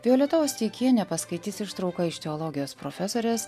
violeta osteikienė paskaitys ištrauką iš teologijos profesorės